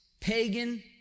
pagan